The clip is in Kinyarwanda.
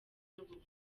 n’ubuvuzi